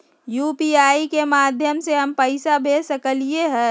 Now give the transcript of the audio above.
UPI के माध्यम से हम पैसा भेज सकलियै ह?